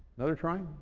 another try.